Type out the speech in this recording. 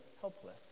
helpless